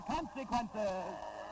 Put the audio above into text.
Consequences